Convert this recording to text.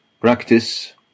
practice